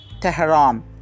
Tehran